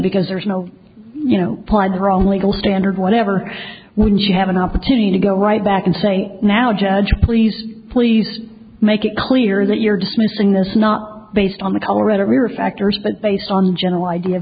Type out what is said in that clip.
because there's no you know the wrong legal standard whatever when she have an opportunity to go right back and say now judge please please make it clear that you're dismissing this not based on the colorado river factors but based on general idea